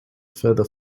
feather